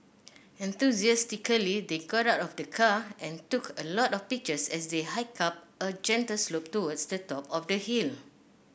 enthusiastically they got out of the car and took a lot of pictures as they hiked up a gentle slope towards the top of the hill